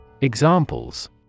Examples